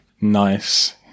Nice